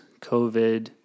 COVID